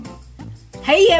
Hey